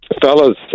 Fellas